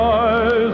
eyes